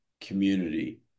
community